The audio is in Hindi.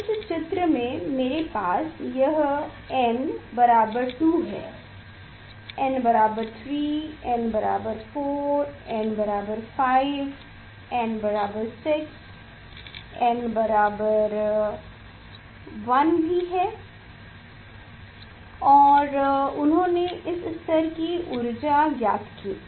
इस चित्र में मेरे पास यह n बराबर 2 है n बराबर 3 n बराबर 4 n बराबर 5 n बराबर 6 n बराबर 1 भी है और उन्होने इस स्तर की ऊर्जा ज्ञात की है